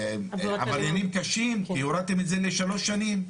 עבריינים קשים, כי הורדתם את זה לשלוש שנים.